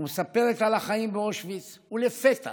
ומספרת על החיים באושוויץ, ולפתע